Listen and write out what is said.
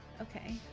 okay